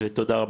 תודה רבה.